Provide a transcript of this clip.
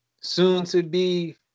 soon-to-be